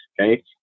Okay